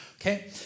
Okay